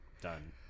done